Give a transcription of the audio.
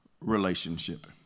relationship